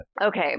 Okay